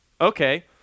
Okay